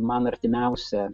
man artimiausia